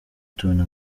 tubona